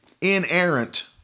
inerrant